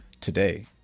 today